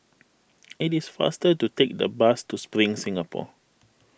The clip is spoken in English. it is faster to take the bus to Spring Singapore